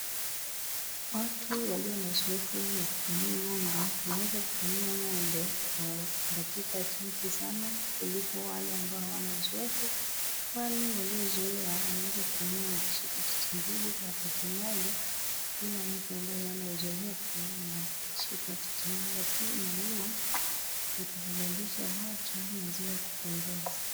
Watu walio na uzoefu wa kukamua ng'ombe wanaweza kukamua ng'ombe kwa dakika chache sana kuliko wale ambao hawana uzoefu, kwani waliozoea wanaweza kamua wakishika titi mbili kwa wakati mmoja, ila mtu ambaye hana uzoefu anashika titi moja tu na hii itasababisha hata maziwa kupungua.